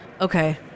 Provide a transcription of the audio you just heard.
Okay